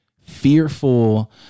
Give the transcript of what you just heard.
fearful